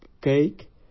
cake